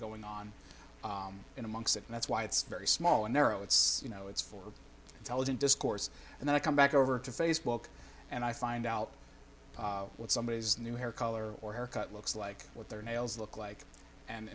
going on in amongst it and that's why it's very small and narrow it's you know it's for intelligent discourse and then i come back over to facebook and i find out what somebody is new hair color or haircut looks like what their nails look like and